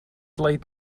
late